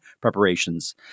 preparations